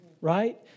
right